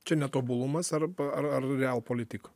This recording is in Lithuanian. čia netobulumas arba ar gal politika